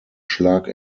schlag